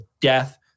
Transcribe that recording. death